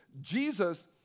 Jesus